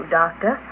doctor